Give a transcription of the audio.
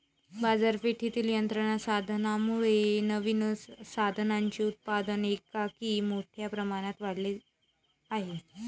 बाजारपेठेतील यंत्र साधनांमुळे नवीन साधनांचे उत्पादन एकाएकी मोठ्या प्रमाणावर वाढले आहे